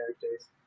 characters